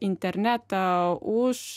internetą už